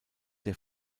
der